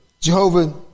Jehovah